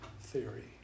theory